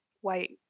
white